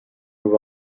move